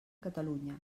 catalunya